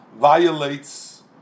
violates